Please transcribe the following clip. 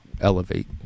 elevate